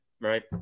right